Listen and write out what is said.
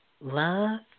love